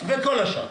וכל השאר.